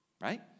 right